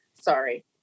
Sorry